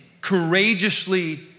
courageously